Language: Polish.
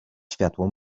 światło